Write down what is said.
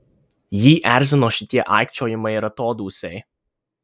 jį erzino šitie aikčiojimai ir atodūsiai